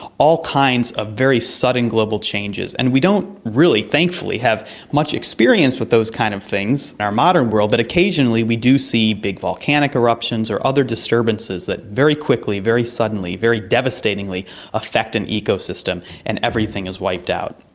all kinds of very sudden global changes. and we don't really, thankfully, have much experience with those kinds of things in our modern world, but occasionally we do see big volcanic eruptions or other disturbances that very quickly, very suddenly, very devastatingly affect an ecosystem, and everything is wiped out.